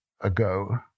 ago